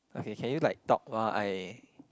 okay can you like talk while I